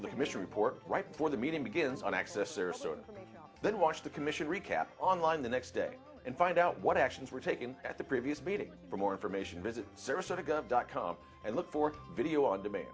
at the commission report right before the meeting begins an accessor story then watch the commission recap online the next day and find out what actions were taken at the previous meeting for more information visit sarasota gov dot com and look for video on demand